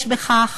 יש בכך